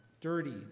dirty